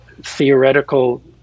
theoretical